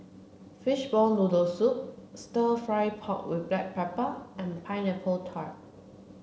fishball noodle soup stir fry pork with black pepper and pineapple tart